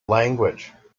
language